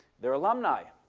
their alumni.